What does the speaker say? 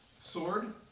sword